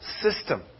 system